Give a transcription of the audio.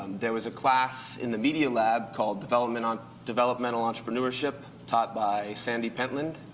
there was a class in the media lab called developmental developmental entrepreneurship, taught by sandy pentland